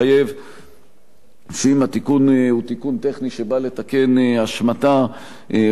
שאם התיקון הוא תיקון טכני שבא לתקן השמטה או טעות דפוס וכיוצא בזה,